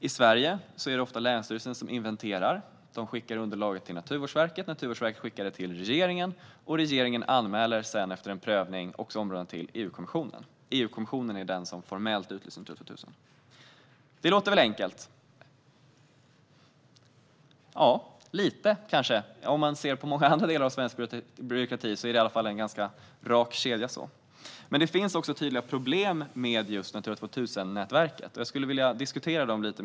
I Sverige är det oftast länsstyrelsen som inventerar och skickar underlaget till Naturvårdsverket. Naturvårdsverket skickar sedan underlaget till regeringen, och regeringen anmäler sedan efter en prövning områdena till EU-kommissionen, som formellt utlyser Natura 2000-områden. Det låter väl enkelt? Ja, lite kanske. Om man jämför med många andra delar av svensk byråkrati är det i alla fall en ganska rak kedja. Men det finns också tydliga problem med Natura 2000-nätverket. Jag skulle vilja diskutera dem i dag.